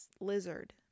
lizard